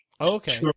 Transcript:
Okay